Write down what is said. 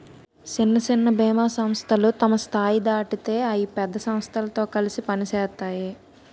సిన్న సిన్న బీమా సంస్థలు తమ స్థాయి దాటితే అయి పెద్ద సమస్థలతో కలిసి పనిసేత్తాయి